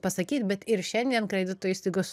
pasakyt bet ir šiandien kredito įstaigos